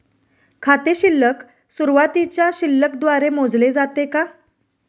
खाते शिल्लक सुरुवातीच्या शिल्लक द्वारे मोजले जाते का?